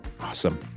Awesome